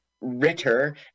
Ritter